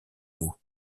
mots